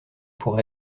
pour